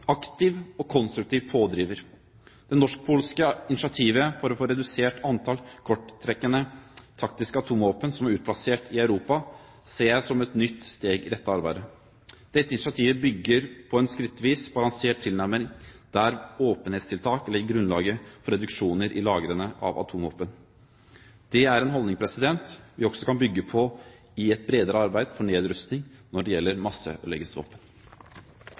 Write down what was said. og konstruktiv pådriver. Det norsk-polske initiativet for å få redusert antall kortrekkende taktiske atomvåpen som er utplassert i Europa, ser jeg som et nytt steg i dette arbeidet. Dette initiativet bygger på en skrittvis balansert tilnærming, der åpenhetstiltak legger grunnlaget for reduksjoner i lagrene av atomvåpen. Det er en holdning vi også kan bygge på i et bredere arbeid for nedrustning når det gjelder